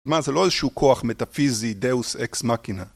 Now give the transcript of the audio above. מה, זה לא איזשהו כוח מטאפיזי דאוס אקס-מכינה?